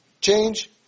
change